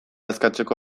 eskatzeko